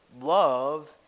love